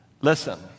Listen